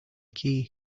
key